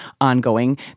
ongoing